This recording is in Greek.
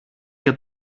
για